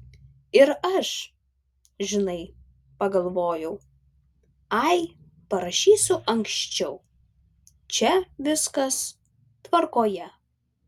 ir aš žinai pagalvojau ai parašysiu anksčiau čia viskas tvarkoje